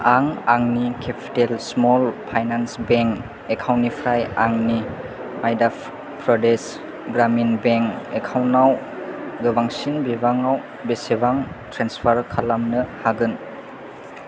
आं आंनि capital small finance bank account निफ्राय आंनि मध्य' प्रदेश ग्रामिन बेंक एकाउन्टआव गोबांसिन बिबाङाव बेसेबां ट्रेन्सफार खालामनो हागोन